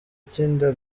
cy’inda